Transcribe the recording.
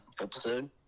episode